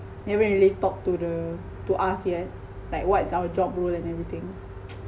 never really talk to the to us yet like what's our job role and everything